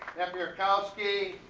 kalski,